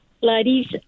ladies